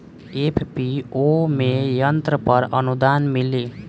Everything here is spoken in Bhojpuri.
एफ.पी.ओ में यंत्र पर आनुदान मिँली?